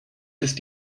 ist